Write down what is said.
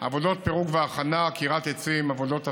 עבודות פירוק והכנה, עקירת עצים, עבודות עפר,